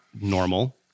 normal